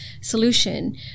solution